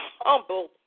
humble